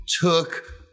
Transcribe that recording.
took